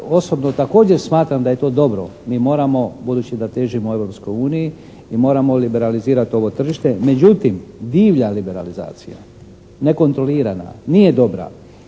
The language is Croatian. osobno također smatram da je to dobro? Mi moramo budući da težimo Europskoj uniji mi moramo liberalizirati ovo tržište međutim divlja liberalizacija, nekontrolirana nije dobra.